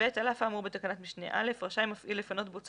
הוספת תקנה 6א אחרי תקנה 6 לתקנות העיקריות יבוא "6א.ייצוב ופינוי